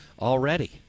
already